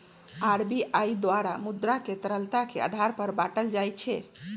RBI द्वारा मुद्रा के तरलता के आधार पर बाटल जाइ छै